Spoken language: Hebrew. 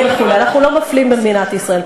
וכו' אנחנו לא מפלים במדינת ישראל.